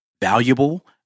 valuable